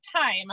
time